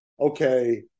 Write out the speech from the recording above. okay